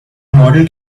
model